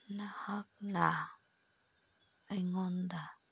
ꯅꯍꯥꯛꯅ ꯑꯩꯉꯣꯟꯗ